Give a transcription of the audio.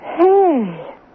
Hey